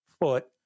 foot